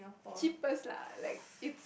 cheapest lah like it's